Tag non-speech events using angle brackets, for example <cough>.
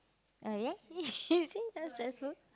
ah yeah <laughs> you see that's stressful